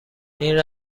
این